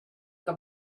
que